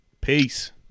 Peace